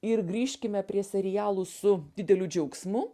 ir grįžkime prie serialų su dideliu džiaugsmu